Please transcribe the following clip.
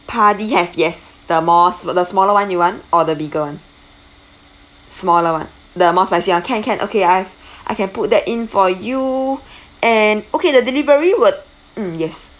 padi have yes the more the smaller one you want or the bigger one smaller one the more spicy one can can okay I've I can put that in for you and okay the delivery would mm yes